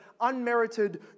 unmerited